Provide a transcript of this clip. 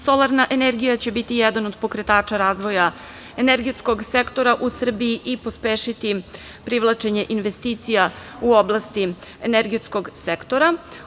Solarna energija će biti jedan od pokretača razvoja energetskog sektora u Srbiji i pospešiti privlačenje investicija u oblasti energetskog sektora.